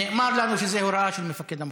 נאמר לנו שזו הוראה של מפקד המחוז.